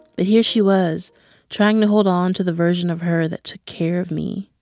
but here she was trying to hold on to the version of her that took care of me.